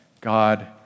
God